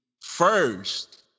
first